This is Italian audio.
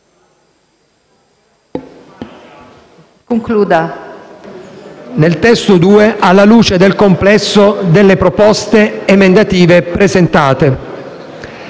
riformulato nel testo 2, alla luce del complesso delle proposte emendative presentate.